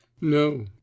No